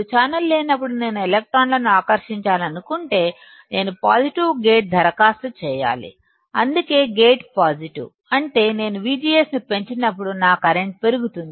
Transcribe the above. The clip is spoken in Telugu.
ఛానల్ లేనప్పుడు నేను ఎలక్ట్రాన్ను ఆకర్షించాలనుకుంటే నేను పాజిటివ్ గేట్ దరఖాస్తు చేయాలి అందుకే గేట్ పాజిటివ్ అంటే నేను VGS ని పెంచినప్పుడు నా కరెంట్ పెరుగుతుంది